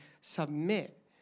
submit